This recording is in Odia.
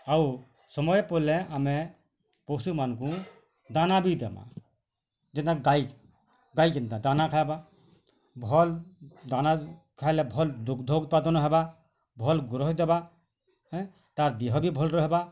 ଆଉ ସମୟ ପଇଲେ ଆମେ ପଶୁମାନ୍କୁ ଦାନା ବି ଦେମା ଯେନ୍ତା ଗାଈ ଗାଈ ଯେନ୍ତା ଦାନା ଖାଇବା ଭଲ୍ ଦାନା ଖାଇଲେ ଭଲ୍ ଦୁଗ୍ଧ ଉତ୍ପାଦନ ହେବା ଭଲ୍ ଗୃହ ଦେବା ଏଁ ତା'ର୍ ଦେହ ବି ଭଲ୍ ରହେବା